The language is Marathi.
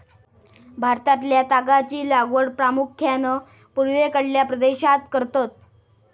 भारतातल्या तागाची लागवड प्रामुख्यान पूर्वेकडल्या प्रदेशात करतत